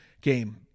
game